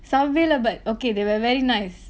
subway lah but okay they were very nice